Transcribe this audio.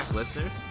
Listeners